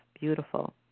Beautiful